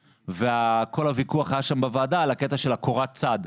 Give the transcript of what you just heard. וכל הוויכוח בוועדה היה על הקטע של קורת צד.